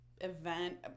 event